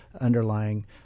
underlying